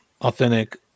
authentic